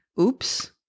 oops